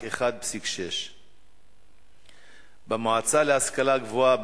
רק 1.6%. במועצה להשכלה גבוהה,